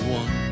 one